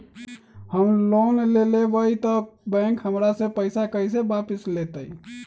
हम लोन लेलेबाई तब बैंक हमरा से पैसा कइसे वापिस लेतई?